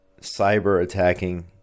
cyber-attacking